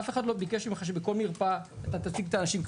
אף אחד לא ביקש ממך שבכל מרפאה אתה תציג את האנשים.